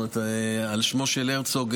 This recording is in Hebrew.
על שמו של הרצוג,